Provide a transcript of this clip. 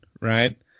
right